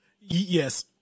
Yes